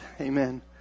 Amen